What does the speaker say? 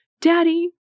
Daddy